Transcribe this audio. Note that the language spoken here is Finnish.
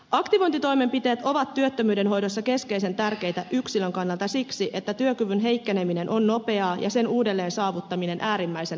aktivointitoimenpiteet ovat työttömyyden hoidossa keskeisen tärkeitä yksilön kannalta siksi että työkyvyn heikkeneminen on nopeaa ja sen uudelleen saavuttaminen äärimmäisen hankalaa